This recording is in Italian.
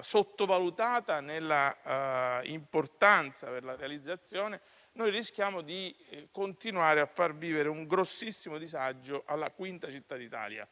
sottovalutata per quanto riguarda l'importanza della sua realizzazione, rischiamo di continuare a far vivere un grossissimo disagio alla quinta città d'Italia.